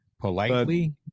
politely